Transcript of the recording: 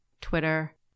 Twitter